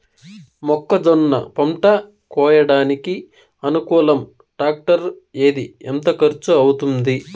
మొక్కజొన్న పంట కోయడానికి అనుకూలం టాక్టర్ ఏది? ఎంత ఖర్చు అవుతుంది?